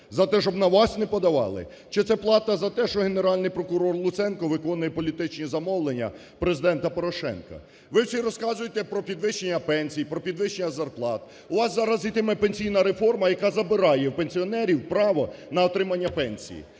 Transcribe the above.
за те, щоб на вас не подавали? Чи це плата за те, що Генеральний прокурор Луценко виконує політичні замовлення Президента Порошенка? Ви всі розказуєте про підвищення пенсій, про підвищення зарплат. У вас зараз йтиме пенсійна реформа, яка забирає в пенсіонерів право на отримання пенсії.